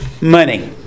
money